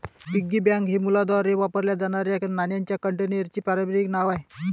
piggy bank हे मुलांद्वारे वापरल्या जाणाऱ्या नाण्यांच्या कंटेनरचे पारंपारिक नाव आहे